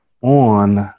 on